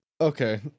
Okay